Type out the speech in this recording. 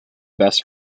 best